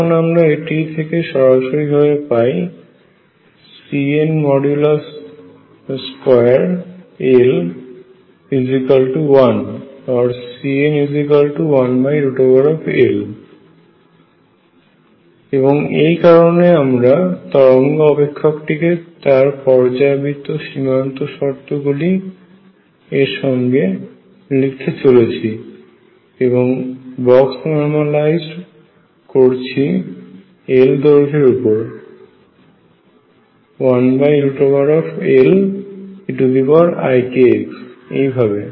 এখন আমরা এটি থেকে সরাসরিভাবে পাই CN2L1 or CN1L এবং এই কারণে আমরা তরঙ্গ অপেক্ষকটিকে তার পর্যায়বৃত্ত সীমান্ত শর্তগুলি এর সঙ্গে লিখতে চলেছি এবং এবং বক্স নর্মালাইজড করছি L দৈর্ঘ্য এর উপর 1Leikx এইভাবে